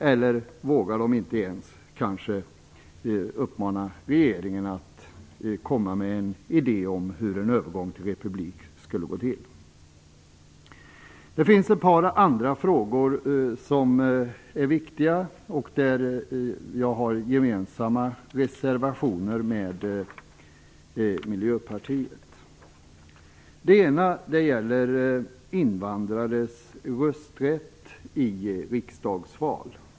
Eller vågar de kanske inte ens uppmana regeringen att komma med en idé om hur en övergång till republik skulle gå till? Det finns ett par andra frågor som är viktiga och där vi har gemensamma reservationer med Miljöpartiet. En av dem gäller invandrares rösträtt i riksdagsval.